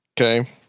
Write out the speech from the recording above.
Okay